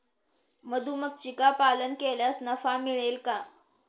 मधुमक्षिका पालन केल्यास नफा मिळेल का?